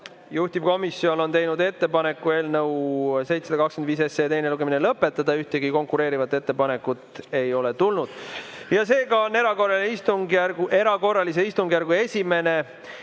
Juhtivkomisjon on teinud ettepaneku eelnõu 725 teine lugemine lõpetada. Ühtegi konkureerivat ettepanekut ei ole tulnud. Seega on erakorralise istungjärgu esimene